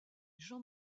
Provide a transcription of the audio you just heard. jean